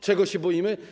Czego się boimy?